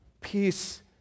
peace